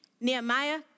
Nehemiah